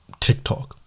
TikTok